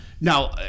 Now